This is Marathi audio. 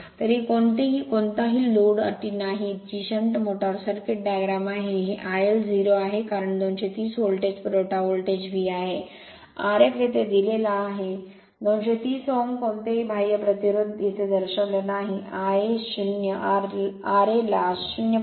तर ही कोणतीही लोड अटी नाहीत ही शंट मोटर सर्किट डायग्राम आहे हे IL 0आहे कारण 230 व्होल्ट व्होल्टेज पुरवठा व्होल्टेज Vआहे Rf येथे दिलेला आहे 230 Ω कोणतेही बाह्य प्रतिरोध येथे दर्शविलेले नाही Ia 0 raला 0